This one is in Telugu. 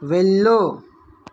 వెళ్ళు